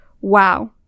wow